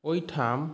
ओहिठाम